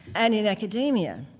and in academia.